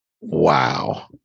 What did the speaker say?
Wow